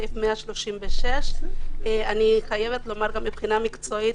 סעיף 146. מבחינה מקצועית,